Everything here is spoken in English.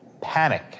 panic